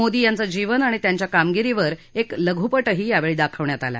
मोदी यांचं जीवन आणि त्यांच्या कामगिरीवर एक लघुपटही यावेळी दाखवण्यात आला